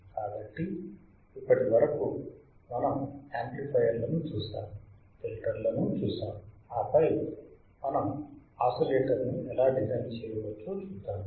కాబట్టి ఇప్పటి వరకు మనం యాంప్లిఫైయర్లను చూశాము ఫిల్టర్లను చూశాము ఆపై మనం ఆసిలేటర్ను ఎలా డిజైన్ చేయవచ్చో చూద్దాము